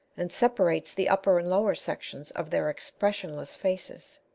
and separates the upper and lower sections of their expressionless faces.